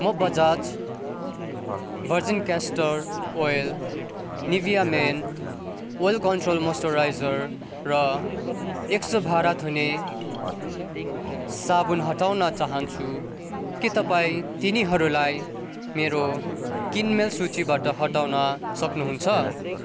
म Bajaj virgin castor oil Nivea men oil control moisturiser र Exo भाँडा धुने साबुन हटाउन चाहन्छु के तपाईँ तिनीहरूलाई मेरो किनमेल सूचीबाट हटाउन सक्नुहुन्छ